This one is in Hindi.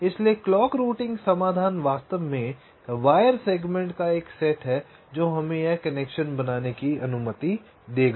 इसलिए क्लॉक रूटिंग समाधान वास्तव में वायर सेगमेंट का सेट है जो हमें यह कनेक्शन बनाने की अनुमति देगा